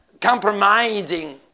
compromising